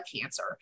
cancer